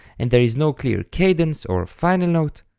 and there is no clear cadence or a final note,